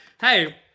Hey